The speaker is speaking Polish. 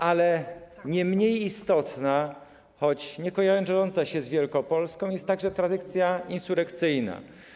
Ale nie mniej istotna, choć nie kojarząca się z Wielkopolską, jest także tradycja insurekcyjna.